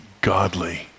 godly